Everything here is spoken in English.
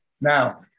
Now